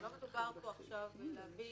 שלא מדובר עכשיו בלהביא